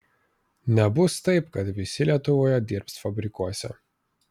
nebus taip kad visi lietuvoje dirbs fabrikuose